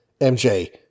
MJ